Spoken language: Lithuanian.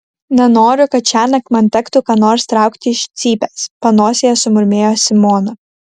nenoriu kad šiąnakt man tektų ką nors traukti iš cypės panosėje sumurmėjo simona